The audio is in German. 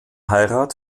heirat